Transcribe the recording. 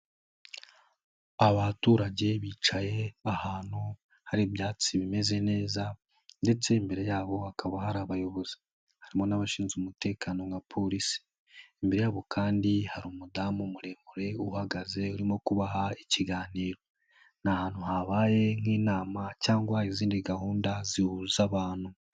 Abaturage bicaye ahantu hari ibyatsi bimeze neza ndetse imbere yabo hakaba hari abayobozi harimo n'abashinzwe umutekano nka polisi, imbere yabo kandi hari umudamu muremure uhagaze urimo kubaha ikiganiro, ni ahantu habaye nk'inama cyangwa izindi gahunda zihuza abantu.